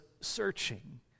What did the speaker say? searching